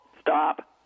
stop